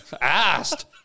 asked